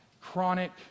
chronic